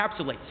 encapsulates